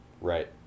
right